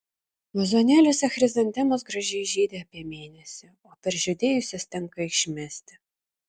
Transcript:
vazonėliuose chrizantemos gražiai žydi apie mėnesį o peržydėjusias tenka išmesti